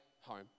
home